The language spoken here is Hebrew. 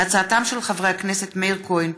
בהצעתם של חברי הכנסת מאיר כהן,